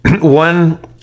one